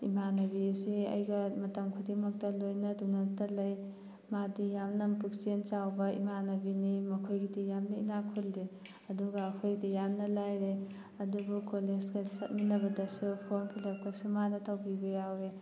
ꯏꯃꯥꯟꯅꯕꯤꯁꯦ ꯑꯩꯒ ꯃꯇꯝ ꯈꯨꯗꯤꯡꯃꯛꯇ ꯂꯣꯏꯅꯗꯨꯅꯇ ꯂꯩ ꯃꯥꯗꯤ ꯌꯥꯝꯅ ꯄꯨꯛꯆꯦꯟ ꯆꯥꯎꯕ ꯏꯃꯥꯟꯅꯕꯤꯅꯤ ꯃꯈꯣꯏꯒꯤꯗꯤ ꯌꯥꯝꯅ ꯏꯅꯥꯛ ꯈꯨꯜꯂꯤ ꯑꯗꯨꯒ ꯑꯩꯈꯣꯏꯒꯤꯗꯤ ꯌꯥꯝꯅ ꯂꯥꯏꯔꯩ ꯑꯗꯨꯕꯨ ꯀꯣꯂꯦꯖꯀ ꯆꯠꯃꯤꯟꯅꯕꯗꯁꯨ ꯐꯣꯝ ꯐꯤꯜꯂꯞꯀꯁꯨ ꯃꯥꯅ ꯇꯧꯕꯤꯕ ꯌꯥꯎꯋꯦ